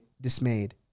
dismayed